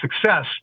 success